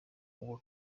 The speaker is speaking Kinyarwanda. uwa